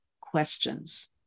questions